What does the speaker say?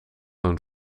een